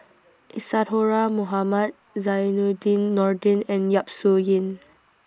Isadhora Mohamed Zainudin Nordin and Yap Su Yin